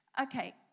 Okay